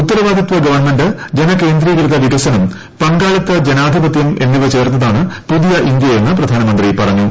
ഉത്തരവാദിത്വ ഗവൺമെന്റ് ജനകേന്ദ്രീകൃത വികസനം പങ്കാളിത്ത ജനാധിപത്യം എന്നിവ ചേർന്നതാണ് പുതിയ ഇന്തൃയെന്ന് പ്രധാനമന്ത്രി പറഞ്ഞു